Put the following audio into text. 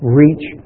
reach